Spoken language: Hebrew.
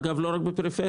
אגב, לא רק בפריפריה.